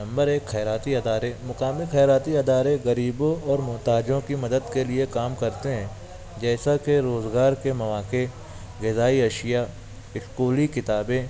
number ایک خیراتی ادارے مقامی خیراتی ادارے غریبوں اور محتاجوں کی مدد کے لیے کام کرتے ہیں جیسا کہ روزگار کے مواقع غذائی اشیا اسکولی کتابیں